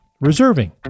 reserving